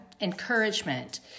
encouragement